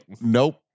Nope